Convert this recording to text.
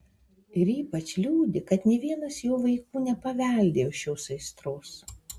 ir ypač liūdi kad nė vienas jo vaikų nepaveldėjo šios aistros